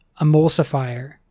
emulsifier